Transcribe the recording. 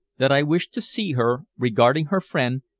that i wish to see her regarding her friend,